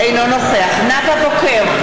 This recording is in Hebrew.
אינו נוכח נאוה בוקר,